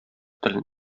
телен